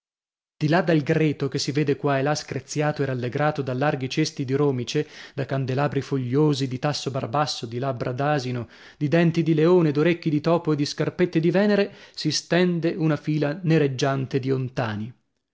di là dal greto che si vede qua e là screziato e rallegrato da larghi cesti di romice da candelabri fogliosi di tasso barbasso di labbra d'asino di denti di leone d'orecchi di topo e di scarpette di venere si stende una fila nereggiante di ontàni